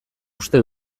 uste